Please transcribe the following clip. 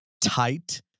tight